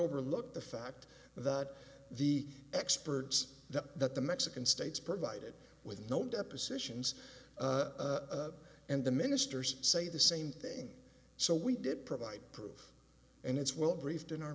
overlook the fact that the experts that the mexican states provided with no depositions and the ministers say the same thing so we did provide proof and it's well briefed in our